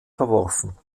verworfen